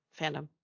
fandom